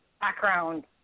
background